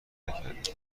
نکردی